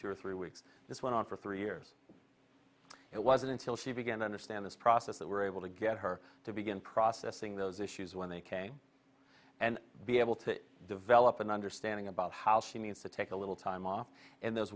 two or three weeks this went on for three years it wasn't until she began to understand this process that we're able to get her to begin processing those issues when they came and be able to develop an understanding about how she needs to take a little time off and there's